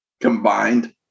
combined